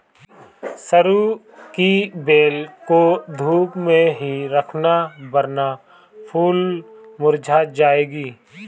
सरू की बेल को धूप में ही रखना वरना फूल मुरझा जाएगी